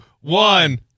one